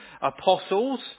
Apostles